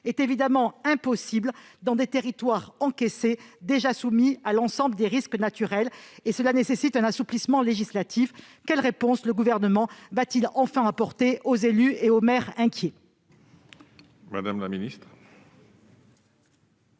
est évidemment impossible dans des territoires encaissés déjà soumis à l'ensemble des risques naturels. Cela nécessite un assouplissement législatif. Quelles réponses le Gouvernement entend-il apporter à ces inquiétudes